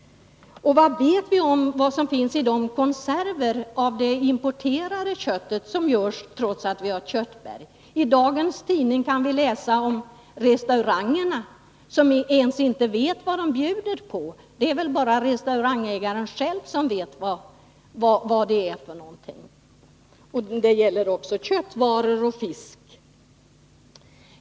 Och vad vet vi om vad som finns i de konserver av kött som importerats trots att vi själva har köttberg? I dag kan vi läsa i tidningen om restauranger som inte ens vet vad de bjuder på. Det är väl bara restaurangägaren själv som vet vad det är. Detta gäller också köttvaror och fisk.